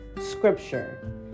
scripture